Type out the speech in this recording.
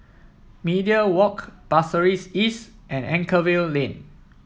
Media Walk Pasir Ris East and Anchorvale Lane